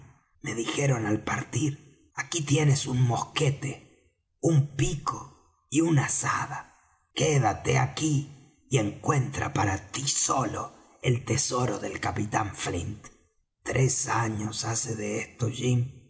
me dijeron al partir aquí tienes un mosquete un pico y una azada quédate aquí y encuentra para tí solo el tesoro del capitán flint tres años hace de esto